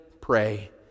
pray